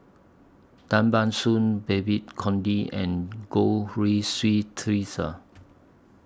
Tan Ban Soon Babes Conde and Goh Rui Si Theresa